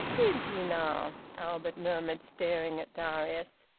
did you now! albert murmured, staring at darius.